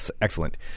Excellent